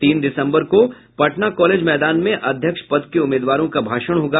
तीन दिसम्बर को पटना कॉलेज मैदान में अध्यक्ष पद के उम्मीदवारों का भाषण होगा